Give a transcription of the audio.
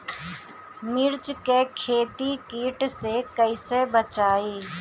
मिर्च के खेती कीट से कइसे बचाई?